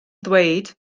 dweud